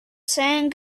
saying